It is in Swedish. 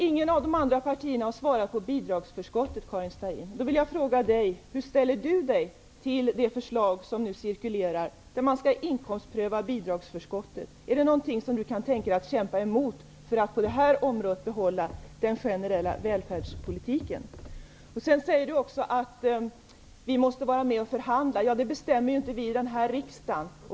Ingen av de andra partiernas representanter har svarat på frågan om bidragsförskottet, Karin Starrin till det förslag som nu cirkulerar, att man skall inkomstpröva bidragsförskottet? Kan Karin Starrin tänka sig att kämpa emot det förslaget, för att på det här området behålla den generella välfärdspolitiken? Sedan säger Karin Starrin att vi måste vara med och förhandla. Det bestämmer ju inte vi här i riksdagen.